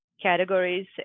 categories